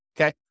Okay